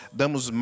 damos